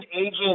agent